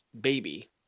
baby